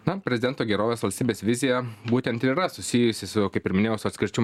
na prezidento gerovės valstybės vizija būtent ir yra susijusi su kaip ir minėjau su atskirčių